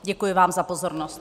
Děkuji vám za pozornost.